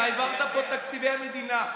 העברת פה תקציבי מדינה.